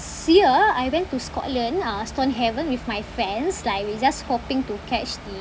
year I went to scotland uh stonehaven with my friends like we're just hoping to catch the